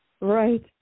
Right